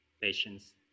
patience